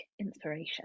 inspiration